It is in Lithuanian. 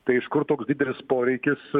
tai iš kur toks didelis poreikis